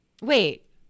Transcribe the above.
Wait